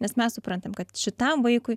nes mes suprantam kad šitam vaikui